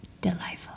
delightful